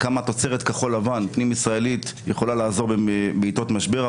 כמה תוצרת כחול לבן פנים ישראלית יכולה לעזור בעתות משבר,